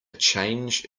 change